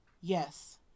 yes